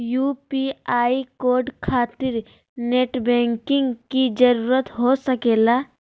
UPI code खातिर net banking की जरूरत हो सके ला?